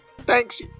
Thanks